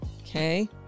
Okay